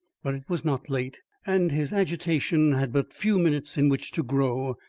but it was not late, and his agitation had but few minutes in which to grow,